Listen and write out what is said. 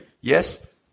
Yes